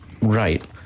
right